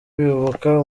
bibuka